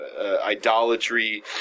idolatry